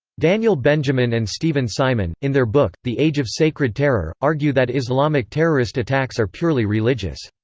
daniel benjamin and steven simon, in their book, the age of sacred terror, argue that islamic terrorist attacks are purely religious.